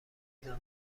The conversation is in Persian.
دانم